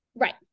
Right